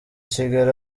kigali